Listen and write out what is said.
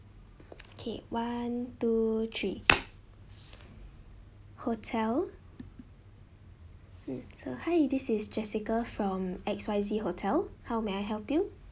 K one two three hotel mm so hi this is jessica from X Y Z hotel how may I help you